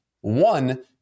One